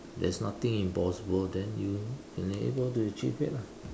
there's nothing impossible then you can able to achieve it lah